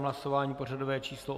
Hlasování pořadové číslo 84.